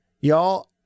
Y'all